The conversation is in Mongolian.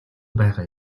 байгаа